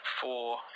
four